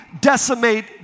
decimate